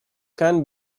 can